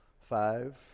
Five